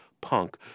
punk